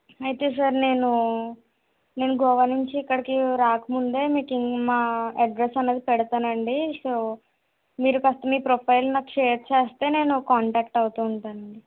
అయితే సార్ నేనూ నేను గోవా నుంచి ఇక్కడికి రాకముందే మీకు మా అడ్రస్ అన్నది పెడతానండి సో మీరు కాస్త మీ ప్రొఫైల్ నాకు షేర్ చేస్తే నేను కాంటాక్ట్ అవుతూ ఉంటాను అండి